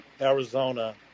Arizona